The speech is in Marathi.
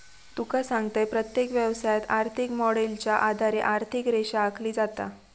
तुका सांगतंय, प्रत्येक व्यवसायात, आर्थिक मॉडेलच्या आधारे आर्थिक रेषा आखली जाता